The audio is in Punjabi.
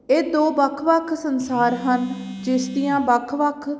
ਇਹ ਦੋ ਵੱਖ ਵੱਖ ਸੰਸਾਰ ਹਨ ਜਿਸ ਦੀਆਂ ਵੱਖ ਵੱਖ